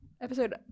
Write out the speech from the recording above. Episode